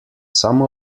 some